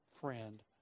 friend